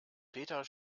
peter